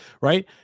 right